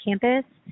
campus